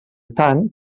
tant